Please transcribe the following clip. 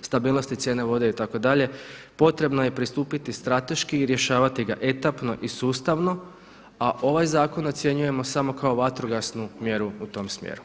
stabilnosti cijene vode itd. potrebno je pristupiti strateški i rješavati etapno i sustavno a ovaj zakon ocjenjujemo samo kao vatrogasnu mjeru u tom smjeru.